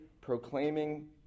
proclaiming